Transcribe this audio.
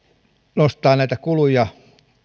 nostaa näitä kuluja